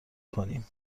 کنیم